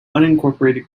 unincorporated